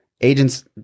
agents